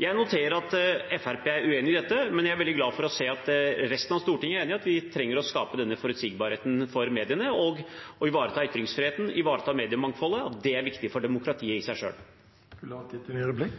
Jeg noterer meg at Fremskrittspartiet er uenig i dette, men jeg er veldig glad for å se at resten av Stortinget er enig i at vi trenger å skape denne forutsigbarheten for mediene og ivaretar ytringsfriheten og mediemangfoldet. Det er viktig for demokratiet i seg